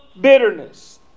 bitterness